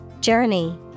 Journey